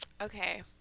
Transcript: Okay